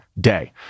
day